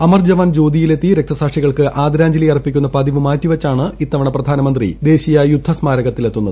അമർ ജവാൻ ജ്യോതിയിലെത്തി രക്തസാക്ഷികൾക്ക് ആദരാഞ്ജലി അർപ്പിക്കുന്ന പതിവ് മാറ്റിവച്ചാണ് ഇത്തവണ പ്രധാനമന്ത്രി ദേശീയ യുദ്ധ സ്മാരകത്തിലെത്തുന്നത്